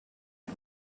him